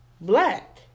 black